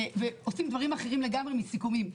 ועושים דברים אחרים לגמרי מסיכומים,